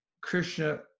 Krishna